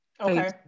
Okay